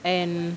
and